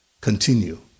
continue